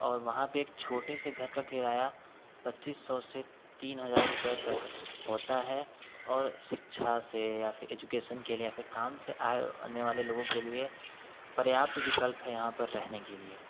और वहाँ पर एक छोटे से घर का किराया पच्चीस सौ से तीन हज़ार रुपये तक होता है और शिक्षा से या फिर एजुकेशन के लिए या फिर काम से आए आने वाले लोगों के लिए पर्याप्त विकल्प है यहाँ पर रहने के लिए